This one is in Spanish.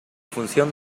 función